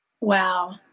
Wow